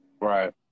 Right